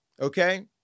Okay